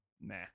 Nah